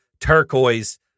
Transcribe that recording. turquoise